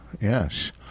Yes